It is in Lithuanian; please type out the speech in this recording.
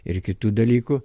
ir kitų dalykų